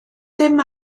dim